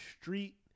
street